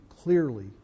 clearly